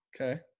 Okay